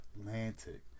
Atlantic